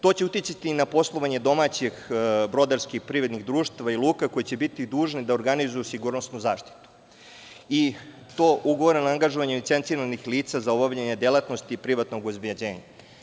To će uticati i na poslovanje domaćih brodarskih privrednih društava i luka koje će biti dužne da organizuju sigurnosnu zaštitu, i to ugovoreno angažovanje licenciranih lica za obavljanje delatnosti privatnog obezbeđenja.